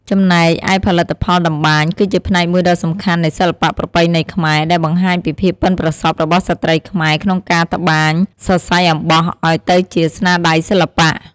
ចំណែកឯផលិតផលតម្បាញ គឺជាផ្នែកមួយដ៏សំខាន់នៃសិល្បៈប្រពៃណីខ្មែរ ដែលបង្ហាញពីភាពប៉ិនប្រសប់របស់ស្ត្រីខ្មែរក្នុងការត្បាញសរសៃអំបោះឱ្យទៅជាស្នាដៃសិល្បៈ។